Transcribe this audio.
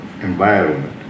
environment